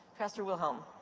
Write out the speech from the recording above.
pastor wilhelm.